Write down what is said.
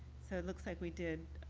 so it looks like we did